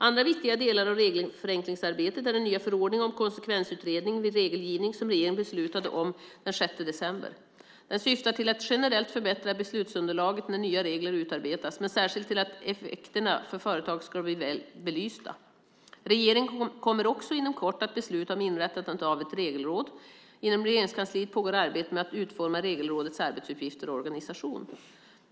Andra viktiga delar av regelförenklingsarbetet är den nya förordning om konsekvensutredning vid regelgivning som regeringen beslutade om den 6 december. Den syftar till att generellt förbättra beslutsunderlaget när nya regler utarbetas men särskilt till att effekterna för företag ska bli väl belysta. Regeringen kommer också inom kort att besluta om inrättandet av ett regelråd. Inom Regeringskansliet pågår arbetet med att utforma Regelrådets arbetsuppgifter och organisation.